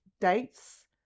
dates